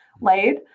laid